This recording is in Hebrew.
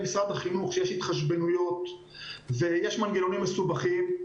משרד החינוך שיש התחשבנויות ויש מנגנונים מסובכים.